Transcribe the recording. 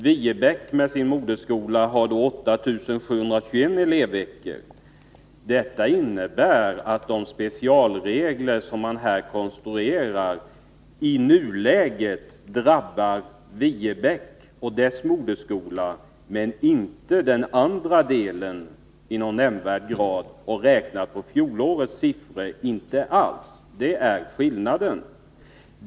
Viebäck med sin moderskola däremot har 8 721 elevveckor. Detta innebär att de specialregler som man här konstruerar i nuläget drabbar Viebäck och dess moderskola men inte den andra skolan i någon nämnvärd grad och räknat på fjolårets siffror inte alls. Det är skillnaden.